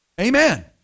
Amen